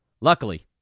Luckily